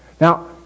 Now